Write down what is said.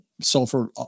sulfur